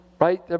Right